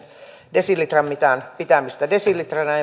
desilitran mitan pitämistä desilitrana